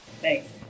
Thanks